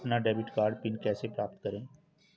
अपना debit card PIN कैसे प्राप्त करें?